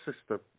system